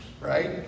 right